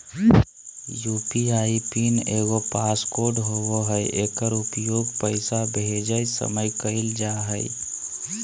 UPI PIN एगो passcode होबो हइ एकर उपयोग पैसा भेजय समय कइल जा हइ